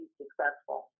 successful